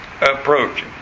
approaching